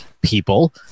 people